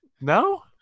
no